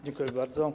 Dziękuję bardzo.